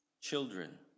children